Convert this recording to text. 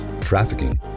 trafficking